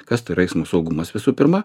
kas tai yra eismo saugumas visų pirma